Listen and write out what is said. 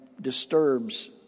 disturbs